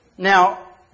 Now